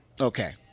Okay